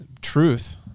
truth